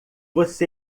você